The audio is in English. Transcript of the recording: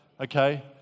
Okay